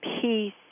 peace